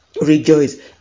rejoice